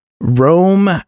Rome